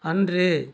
அன்று